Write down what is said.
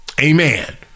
Amen